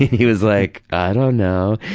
he was like i don't know,